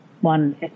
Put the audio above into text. one